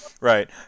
Right